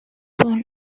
soon